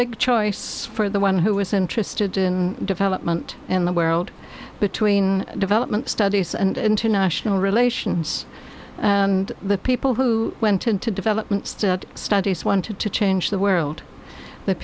big choice for the one who was interested in development in the where old between development studies and international relations and the people who went into development studies wanted to change the world th